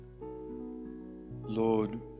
Lord